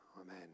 Amen